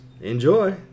Enjoy